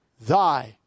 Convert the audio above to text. thy